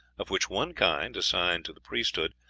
of which one kind, assigned to the priesthood,